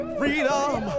freedom